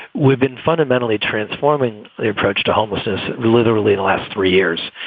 we've been fundamentally transforming the approach to homelessness. literally the last three years.